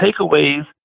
takeaways